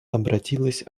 обратилась